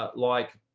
ah like